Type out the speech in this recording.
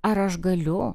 ar aš galiu